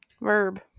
Verb